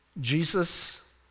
Jesus